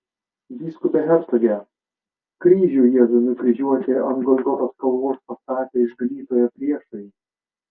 vyskupe hercoge kryžių jėzui nukryžiuoti ant golgotos kalvos pastatė išganytojo priešai